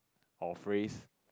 or phrase